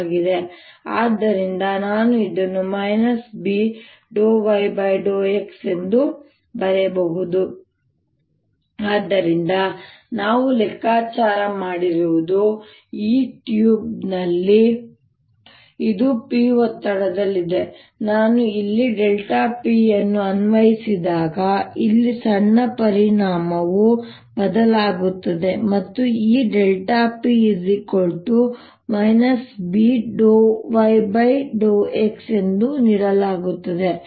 ಮತ್ತು ಆದ್ದರಿಂದ ನಾನು ಇದನ್ನು B∂y∂x ಎಂದು ಬರೆಯಬಹುದು ಆದ್ದರಿಂದ ನಾವು ಲೆಕ್ಕಾಚಾರ ಮಾಡಿರುವುದು ಈ ಟ್ಯೂಬ್ನಲ್ಲಿ ಇದು p ಒತ್ತಡದಲ್ಲಿದೆ ನಾನು ಇಲ್ಲಿ p ಅನ್ನು ಅನ್ವಯಿಸಿದಾಗ ಇಲ್ಲಿ ಸಣ್ಣ ಪರಿಮಾಣವು ಬದಲಾಗುತ್ತದೆ ಮತ್ತು ಈ p B ∂y∂x ಎಂದು ನೀಡಲಾಗುತ್ತದೆ